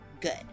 Good